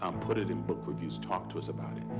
um put it in book reviews. talk to us about it.